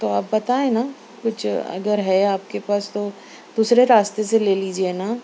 تو آپ بتائیں نا کچھ اگر ہے آپ کے پاس تو دوسرے راستے سے لے لیجیے نا